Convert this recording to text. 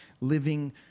living